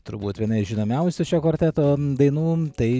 turbūt viena iš žinomiausių šio kvarteto dainų tai